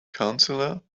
counselor